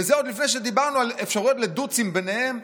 וזה עוד לפני שדיברנו על אפשרויות לדו"צים ביניהם.